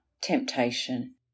temptation